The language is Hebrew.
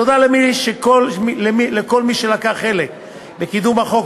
תודה לכל מי שלקח חלק בקידום החוק,